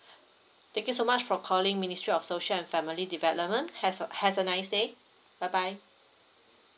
thank you so much for calling ministry of social and family development has~ have a nice day bye bye